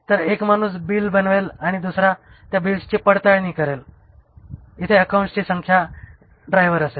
तर एक माणूस बिल बनवेल आणि दुसरा त्या बिल्स ची पडताळणी करेल इथे अकाउंट्सची संख्या ड्राइवर असेल